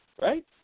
right